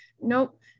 Nope